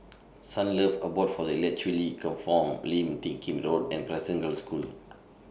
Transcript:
Sunlove Abode For The Intellectually Infirmed Lim Teck Kim Road and Crescent Girls' School